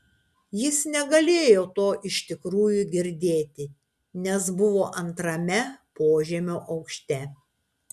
jis negalėjo to iš tikrųjų girdėti nes buvo antrame požemio aukšte